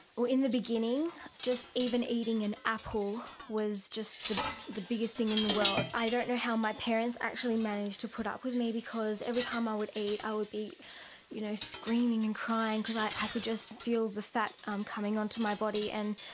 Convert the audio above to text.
well in the beginning just even eating an apple was just the the biggest thing in the world. i don't know how my parents actually managed to put up with me because every time i would eat i would be you know screaming and crying because i i could just feel the fat um coming onto my body. and